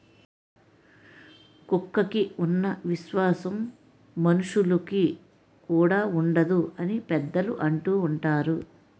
కుక్కకి ఉన్న విశ్వాసం మనుషులుకి కూడా ఉండదు అని పెద్దలు అంటూవుంటారు